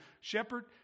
shepherd